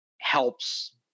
helps